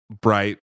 bright